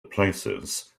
places